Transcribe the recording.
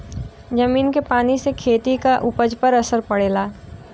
जमीन के पानी से खेती क उपज पर असर पड़ेला